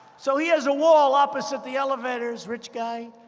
so he has a wall opposite the elevators rich guy.